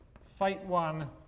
fight-one